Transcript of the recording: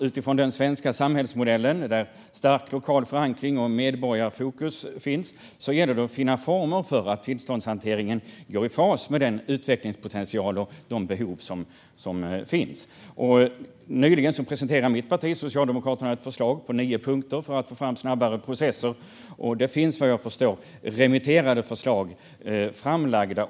Utifrån den svenska samhällsmodellen där stark lokal förankring och medborgarfokus finns gäller det att finna former så att tillståndshanteringen går i fas med den utvecklingspotential och de behov som finns. Nyligen presenterade mitt parti, Socialdemokraterna, ett förslag med nio punkter för att få fram snabbare processer. Det finns vad jag förstår remitterade förslag framlagda.